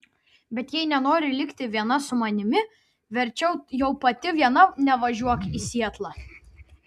bet jei nenori likti viena su manimi verčiau jau pati viena nevažiuok į sietlą